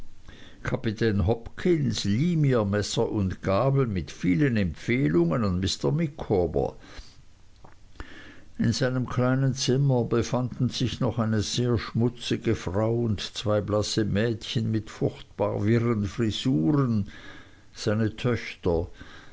kapitän hopkins lieh mir messer und gabel mit vielen empfehlungen an mr micawber in seinem kleinen zimmer befanden sich noch eine sehr schmutzige frau und zwei blasse mädchen mit furchtbar wirren frisuren seine töchter